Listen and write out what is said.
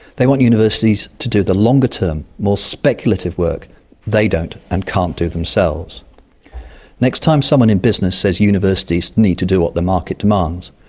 they want universities to do the longer-term, more speculative work they don't and can't do themselves. the next time someone in business says universities need to do what the market demands,